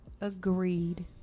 agreed